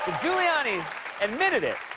giuliani admitted it.